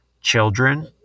children